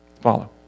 Follow